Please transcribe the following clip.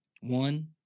one